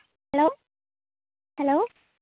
hello hello